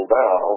now